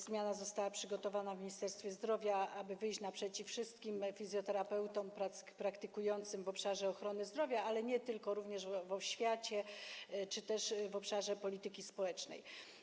Zmiana została przygotowana w Ministerstwie Zdrowia, aby wyjść naprzeciw wszystkim fizjoterapeutom praktykującym w obszarze ochrony zdrowia, ale nie tylko, również w oświacie czy w obszarze polityki społecznej.